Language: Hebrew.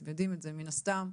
אתם יודעים את זה מן הסתם.